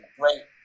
great